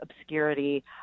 obscurity